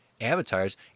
avatars